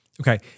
Okay